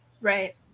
right